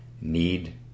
need